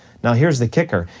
now, here's the kicker,